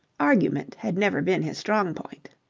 argument had never been his strong point.